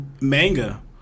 manga